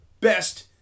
best